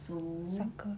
sucker